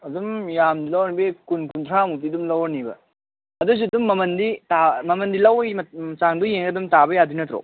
ꯑꯗꯨꯝ ꯌꯥꯝꯗꯤ ꯂꯧꯔꯗꯤ ꯀꯨꯟ ꯀꯨꯟꯊ꯭ꯔꯥꯃꯨꯛꯇꯤ ꯑꯗꯨꯝ ꯂꯧꯔꯅꯦꯕ ꯑꯗꯨꯁꯨ ꯑꯗꯨꯝ ꯃꯃꯜꯗꯤ ꯇꯥꯕ ꯃꯃꯜꯗꯤ ꯂꯧꯕꯒꯤ ꯆꯥꯡꯗꯣ ꯌꯦꯡꯉꯒ ꯇꯥꯕ ꯌꯥꯗꯣꯏ ꯅꯠꯇ꯭ꯔꯣ